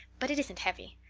but it isn't heavy.